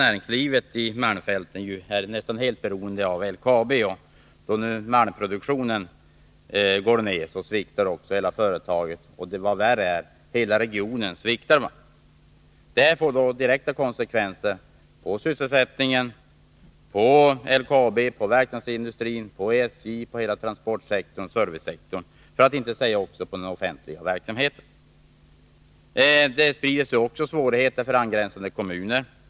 Näringslivet i malmfälten är nästan helt beroende av LKAB: När Om arbetsmarkmalmproduktionen går ner sviktar hela företaget och — vad värre är — hela — nadssituationen regionen. Det får direkta konsekvenser på sysselsättningen, LKAB, ;j malmfälten verkstadsindustrin, SJ och hela transportoch servicesektorn — för att inte säga också den offentliga verksamheten. Det sprider sig också svårigheter till angränsande kommuner.